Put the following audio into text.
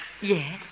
Yes